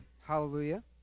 Hallelujah